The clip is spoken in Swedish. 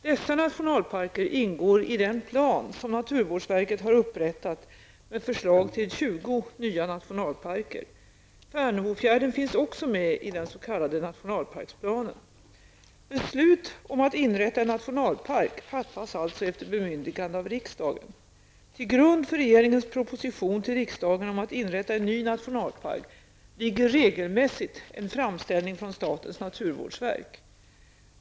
Dessa nationalparker ingår i den plan som statens naturvårdsverk har upprättat med förslag till 20 nya nationalparker. Färnebofjärden finns också med i den s.k. nationalparksplanen. Beslut om att inrätta en nationalpark fattas alltså efter bemyndigande av riksdagen. Till grund för regeringens proposition till riksdagen om att inrätta en ny nationalpark ligger regelmässigt en framställning från statens naturvårdsverk.